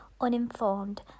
uninformed